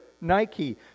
Nike